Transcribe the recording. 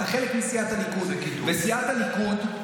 אתה חלק מסיעת הליכוד, וסיעת הליכוד,